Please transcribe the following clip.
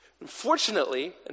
Unfortunately